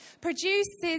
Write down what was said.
produces